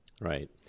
Right